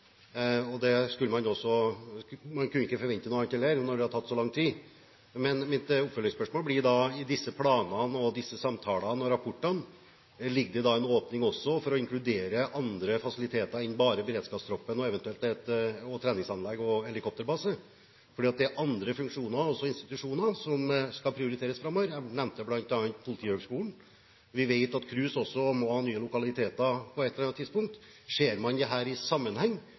og man kunne heller ikke forvente noe annet, når det har tatt så lang tid. Mitt oppfølgingsspørsmål blir da: I disse planene, samtalene og rapportene, ligger det da en åpning også for å inkludere andre fasiliteter enn bare beredskapstroppen, treningsanlegg og helikopterbase? For det er andre funksjoner, og også institusjoner, som skal prioriteres framover. Jeg nevnte bl.a. Politihøgskolen, og vi vet at Kriminalomsorgens utdanningssenter, KRUS, også må ha nye lokaliteter på et eller annet tidspunkt. Ser man dette i sammenheng,